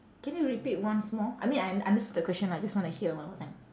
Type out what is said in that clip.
can you repeat once more I mean I understood the question I just wanna hear one more time